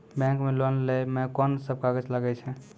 Bank मे loan लै मे कोन सब कागज लागै छै?